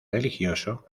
religioso